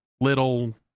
little